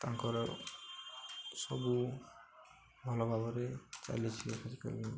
ତାଙ୍କର ସବୁ ଭଲ ଭାବରେ ଚାଲିଛି ଆଜିକାଲି